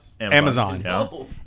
Amazon